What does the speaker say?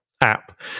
app